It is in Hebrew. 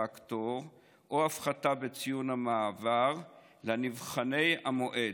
פקטור או הפחתה בציון המעבר לנבחני המועד.